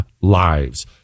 lives